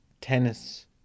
tennis